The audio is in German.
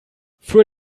für